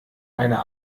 einer